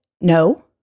no